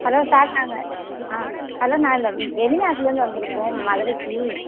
hello sir நாங்கள் ஆ hello நாங்கள் வெ வெளிநாட்லிருந்து வந்திருக்கோம் மதுரைக்கு